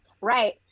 right